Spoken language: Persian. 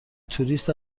توریست